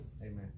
Amen